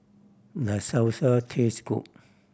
does Salsa taste good